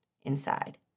inside